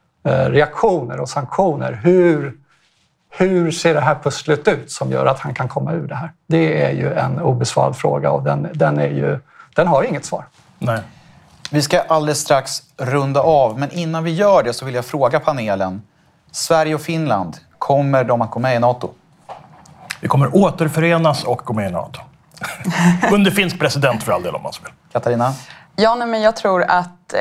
Eh, reaktioner och sanktioner. Hur- hur ser det här pusslet ut som gör att han kan komma ur det här? Det är ju en obesvarad fråga och den- den är ju- den har ju inget svar. Nej. Vi ska alldeles strax runda av, men innan vi gör det så vill jag fråga panelen. Sverige och Finland, kommer de att gå med i NATO? Vi kommer återförenas och gå med i NATO. Under finns president för all del, om man så vill. Katarina? Ja, nej, men jag tror att-